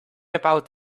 about